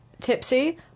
tipsy